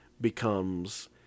becomes